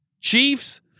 Chiefs